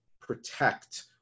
protect